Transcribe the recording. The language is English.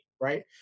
right